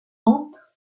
entre